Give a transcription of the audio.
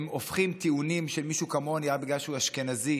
הם הופכים טיעונים של מישהו כמוני רק בגלל שהוא אשכנזי